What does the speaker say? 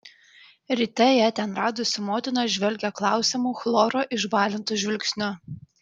ryte ją ten radusi motina žvelgė klausiamu chloro išbalintu žvilgsniu